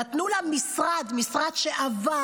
נתנו לה משרד, משרד שעבד,